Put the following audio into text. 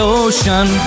ocean